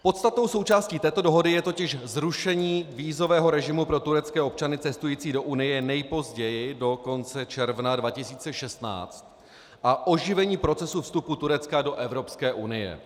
Podstatnou součástí této dohody je totiž zrušení vízového režimu pro turecké občany cestující do Unie nejpozději do konce června 2016 a oživení procesu vstupu Turecka do Evropské unie.